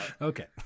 Okay